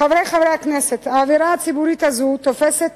חברי חברי הכנסת, האווירה הציבורית הזאת תופסת